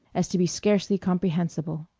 as to be scarcely comprehensible.